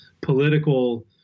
political